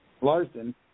Larson